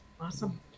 Awesome